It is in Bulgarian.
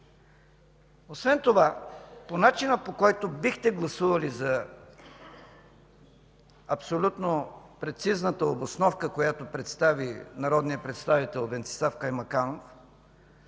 Освен това по начина, по който бихте гласували за абсолютно прецизната обосновка, която представи народният представител Венцислав Каймаканов,